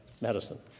medicine